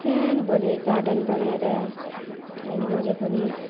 सानो बडे गार्डन बनाएर अहिले मैले पनि